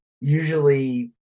usually